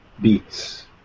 beats